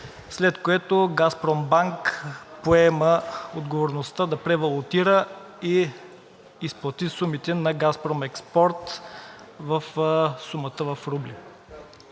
след което „Газпромбанк“ поема отговорността да превалутира и изплати сумите на „Газпром Експорт“ в рубли.